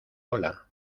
ola